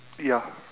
ya